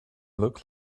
look